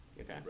Okay